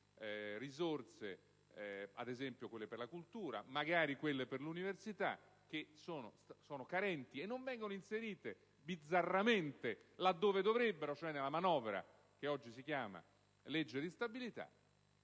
risorse (esempio quelle per la cultura, magari quelle per l'università, che sono carenti e non vengono inserite bizzarramente laddove dovrebbero, cioè nella manovra che oggi si chiama legge di stabilità);